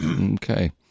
Okay